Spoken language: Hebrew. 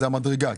זאת המדרגה.